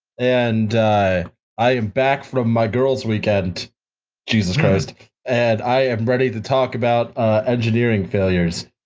and i am back from my girls' weekend jesus christ and i am ready to talk about engineering failures.